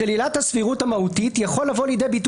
"של עילת הסבירות המהותית יכול לבוא לידי ביטוי